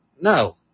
No